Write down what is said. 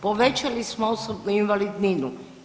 Povećali smo osobnu invalidninu.